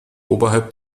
oberhalb